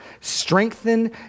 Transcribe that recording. strengthen